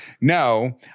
No